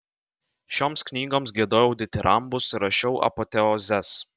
šioms knygoms giedojau ditirambus ir rašiau apoteozes